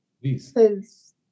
Please